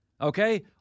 okay